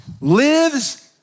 lives